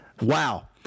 Wow